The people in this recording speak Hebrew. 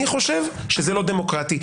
אני חושב שזה לא דמוקרטי.